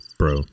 bro